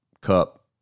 cup